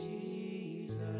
Jesus